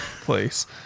place